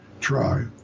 try